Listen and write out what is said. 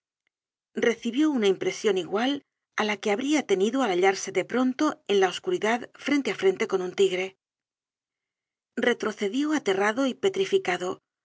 recibió una impresion igual á la que habría tenido al hallarse de pronto en la oscuridad frente á frente con un tigre retrocedió ater rado y petrificado